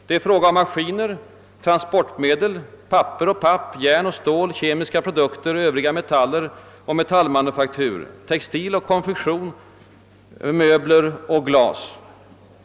Det är fråga om maskiner, transportmedel, papper och papp, järn och stål, kemiska produkter, övriga metaller och metallmanufaktur, textiloch konfektionsvaror, möbler och glas.